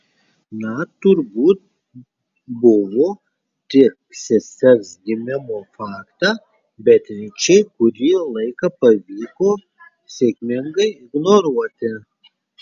na turbūt buvo tik sesers gimimo faktą beatričei kurį laiką pavyko sėkmingai ignoruoti